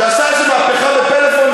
שעשה איזו מהפכה בפלאפון,